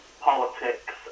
politics